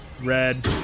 red